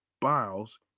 Biles